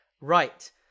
Right